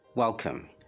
Welcome